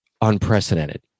unprecedented